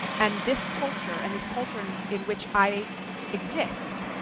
and this culture, and this culture in in which i exist,